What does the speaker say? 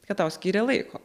kad tau skyrė laiko